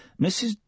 Mrs